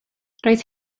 roedd